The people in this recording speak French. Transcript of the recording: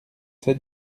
sept